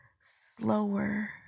slower